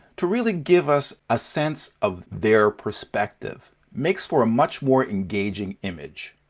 to really give us a sense of their perspective. makes for a much more engaging image.